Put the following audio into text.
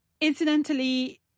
Incidentally